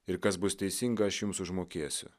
ir kas bus teisinga aš jums užmokėsiu